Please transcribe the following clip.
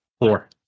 Four